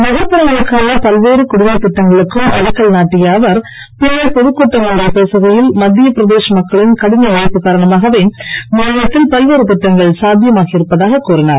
நகர்புறங்களுக்கான பல்வேறு குடிநீர் திட்டங்களையும் தொடக்கி வைத்த அவர் பின்னர் பொதுக் கூட்டம் ஒன்றில் பேசுகையில் மத்திய பிரதேஷ் மக்களின் கடின உழைப்பு காரணமாகவே மாநிலத்தில் பல்வேறு திட்டங்கள் சாத்தியமாகி இருப்பதாக கூறினார்